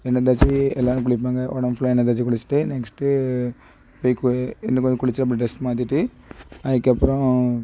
எண்ணெய் தேய்ச்சி எல்லோருமே குளிப்பாங்க உடம்பு ஃபுல்லாக எண்ணெய் தேய்ச்சி குளிச்சிட்டு நெக்ஸ்ட்டு அப்படியே குயி எண்ணெய் மேலும் குளித்து அப்புறோம் ட்ரெஸ் மாற்றிட்டு அதுக்கப்புறோம்